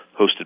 hosted